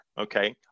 Okay